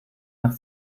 nach